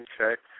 Okay